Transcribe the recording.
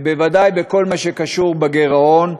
ובוודאי בכל מה שקשור לגירעון,